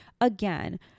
Again